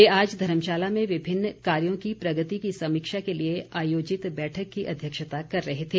वे आज धर्मशाला में विभिन्न कार्यों की प्रगति की समीक्षा के लिए आयोजित बैठक की अध्यक्षता कर रहे थे